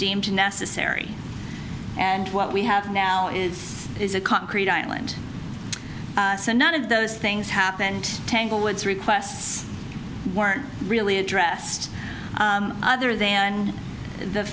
deemed necessary and what we have now is is a concrete island none of those things happened tanglewood so requests weren't really addressed other than the